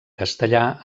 castellà